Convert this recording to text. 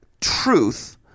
truth